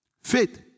Faith